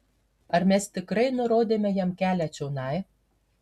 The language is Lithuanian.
ar mes tikrai nurodėme jam kelią čionai